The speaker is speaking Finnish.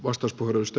arvoisa puhemies